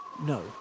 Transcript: No